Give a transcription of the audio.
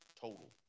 total